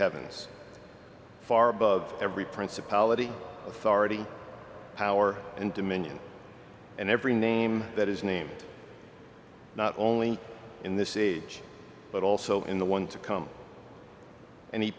heavens far above every principality authority power and dominion and every name that is named not only in this age but also in the one to come and he